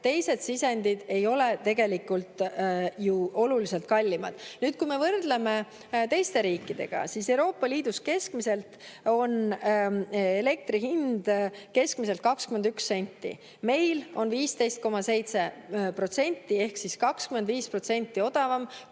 teised sisendid ei ole tegelikult ju oluliselt kallimad. Nüüd, võrdleme teiste riikidega. Euroopa Liidus keskmiselt on elektri hind keskmiselt 21 senti, meil on 15,7 ehk siis 25% odavam